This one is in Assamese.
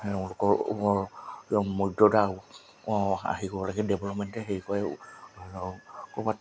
তেওঁলোকৰ মৰ্যদা ৰাখিব লাগে ডেভেলপমেণ্টে হেৰি কৰে ধৰি লওক ক'ৰবাত